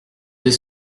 des